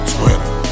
Twitter